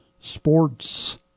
sports